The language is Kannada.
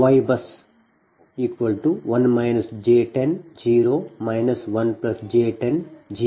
YBUS1 j10 0 1j10 0 0